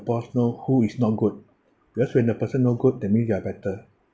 boss know who is not good because when the person no good that means you are better